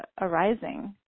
arising